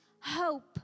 Hope